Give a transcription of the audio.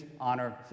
honor